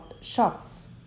shops